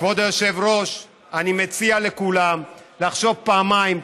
כבוד היושב-ראש, אני מציע לכולם לחשוב פעמיים.